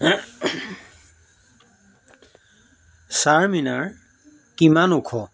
চাৰমিনাৰ কিমান ওখ